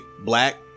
black